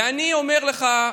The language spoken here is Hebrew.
ואני אומר לך,